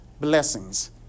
blessings